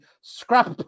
scrap